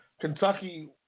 Kentucky